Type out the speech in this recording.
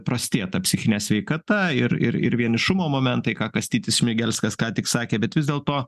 prastėja psichinė sveikata ir ir ir vienišumo momentai ką kastytis šmigelskas ką tik sakė bet vis dėlto